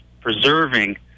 preserving